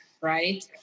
right